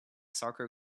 soccer